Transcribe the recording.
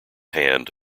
hand